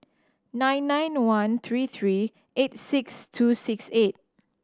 nine nine one three three eight six two six eight